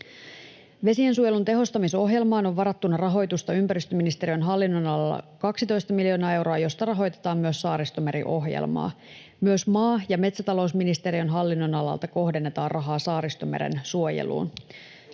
Vesiensuojelun tehostamisohjelmaan on varattuna rahoitusta ympäristöministeriön hallinnonalalla 12 miljoonaa euroa, josta rahoitetaan myös Saaristomeri-ohjelmaa. Myös maa- ja metsätalousministeriön hallinnonalalta kohdennetaan rahaa Saaristomeren suojeluun.